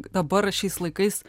dabar šiais laikais